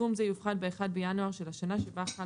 סכום זה יופחת ב-1 בינואר של השנה שבה חל